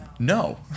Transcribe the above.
no